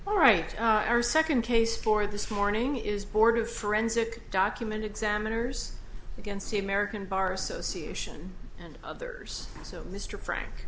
all right our second case for this morning is board of forensic document examiners against the american bar association and others so mr frank